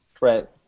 Right